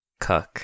cuck